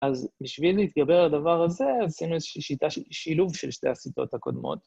אז בשביל להתגבר על הדבר הזה, עשינו איזושהי שיטה, שילוב של שתי השיטות הקודמות.